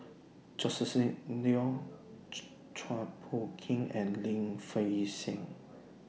Joscelin Neo Chua Phung Kim and Lim Fei Shen